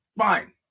Fine